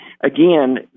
again